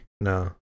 no